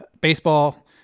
baseball